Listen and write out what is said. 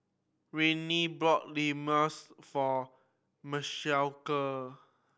Rayne Imoni for Michaela